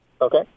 Okay